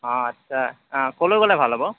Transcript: আচ্ছা অঁ ক'লৈ গ'লে ভাল হ'ব